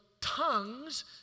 tongues